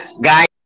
guys